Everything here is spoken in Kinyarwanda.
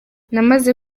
namaze